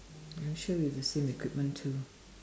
I'm sure you have the same equipment too